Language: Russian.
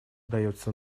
дается